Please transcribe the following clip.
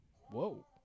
Whoa